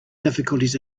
difficulties